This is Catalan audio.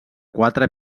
quatre